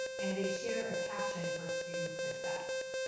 and they share a passion for student success.